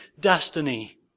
destiny